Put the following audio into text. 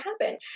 happen